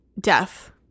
death